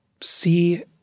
see